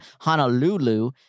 Honolulu